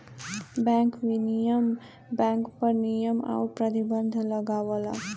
bank विनियमन bank पर नियम आउर प्रतिबंध लगावला